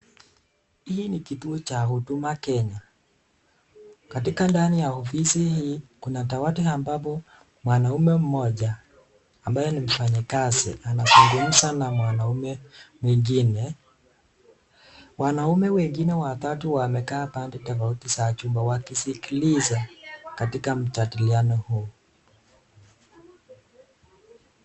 Hii ni kituo cha huduma kenya, katika ndani ya ofisi hii kuna dawati ambapo mwanaume mmoja ambaye ni mfanyikazi anazungumza na mwanaume mwingine. Wanaume wengine watatu wamekaa pande tofauti za chumba wakisikiliza katika mjadiliano huu.